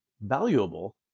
valuable